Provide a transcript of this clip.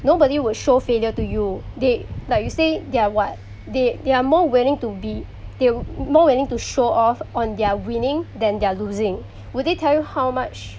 nobody will show failure to you they like you say they're what they they are more willing to be they would more willing to show off on their winning than their losing would they tell how much